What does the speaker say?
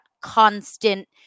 constant